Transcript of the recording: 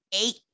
eight